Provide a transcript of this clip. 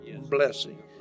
blessing